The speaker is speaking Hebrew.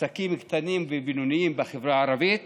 עסקים קטנים ובינוניים בחברה הערבית